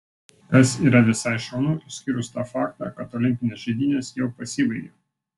kas yra visai šaunu išskyrus tą faktą kad olimpinės žaidynės jau pasibaigė